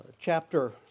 chapter